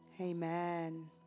Amen